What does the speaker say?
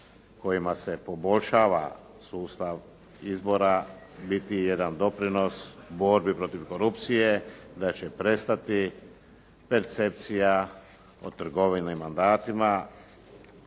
kojima se poboljšava sustav izbora biti jedan doprinos u borbi protiv korupcije, da će prestati percepcija o trgovini mandatima,